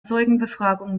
zeugenbefragung